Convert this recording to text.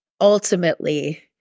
ultimately